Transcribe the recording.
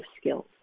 skills